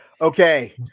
Okay